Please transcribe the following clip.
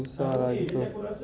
susah lah